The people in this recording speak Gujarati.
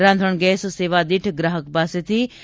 રાંધણગેસ સેવા દીઠ ગ્રાહક પાસેથી રૂ